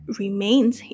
remains